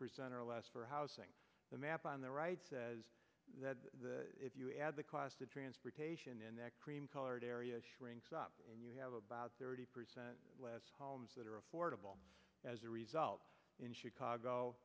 percent or less for housing the map on the right says that if you add the cost of transportation in that cream colored area shrinks up you have about thirty percent less homes that are affordable as a result in chicago